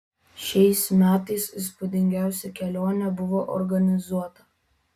šiais metais įspūdingiausia kelionė buvo organizuota